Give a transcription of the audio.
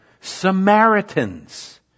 Samaritans